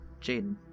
Jaden